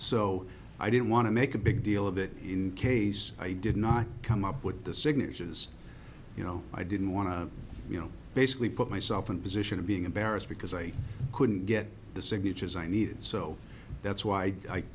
so i didn't want to make a big deal of it in case i did not come up with the signatures you know i didn't want to you know basically put myself in a position of being embarrassed because i couldn't get the signatures i needed so that's why i